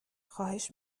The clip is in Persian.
خواهش